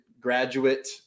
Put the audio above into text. graduate